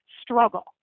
struggle